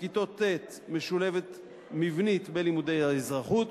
בכיתות ט' משולבת מבנית בלימודי האזרחות,